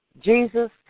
Jesus